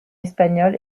espagnol